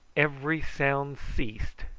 every sound ceased,